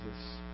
Jesus